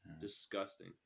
Disgusting